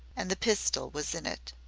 and the pistol was in it.